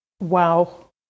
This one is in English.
wow